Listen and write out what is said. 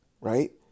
right